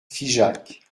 figeac